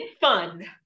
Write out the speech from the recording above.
fun